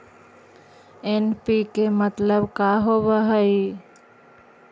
NPK मतलब का होव हइ?